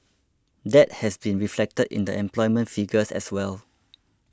that has been reflected in the employment figures as well